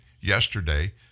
yesterday